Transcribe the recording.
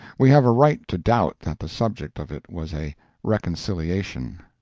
we have a right to doubt that the subject of it was a reconciliation,